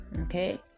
Okay